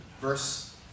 verse